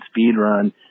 speedrun